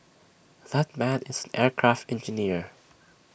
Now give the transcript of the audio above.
that man is an aircraft engineer